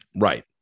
Right